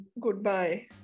Goodbye